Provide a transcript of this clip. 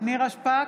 נירה שפק,